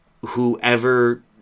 whoever